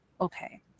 okay